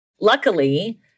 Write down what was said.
Luckily